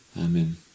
Amen